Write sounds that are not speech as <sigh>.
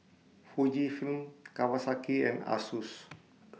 Fujifilm <noise> Kawasaki and Asus